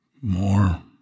more